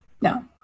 no